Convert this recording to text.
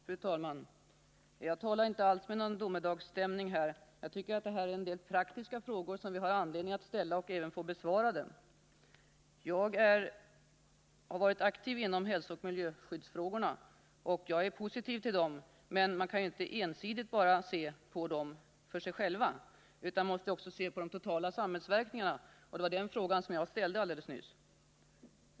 Fru talman! Jag talade inte alls för att åstadkomma någon domedagsstämning, utan jag tycker bara att det finns en del praktiska frågor som jag har anledning att ställa och som även bör bli besvarade. Jag har varit aktiv i hälsooch miljöskyddsfrågorna, och jag är positiv till dem. Men man kan inte bara isolerat se på dem ,utan man måste också se på de totala samhällsverkningarna. Det var den frågan som jag tog upp alldeles nyss.